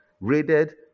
raided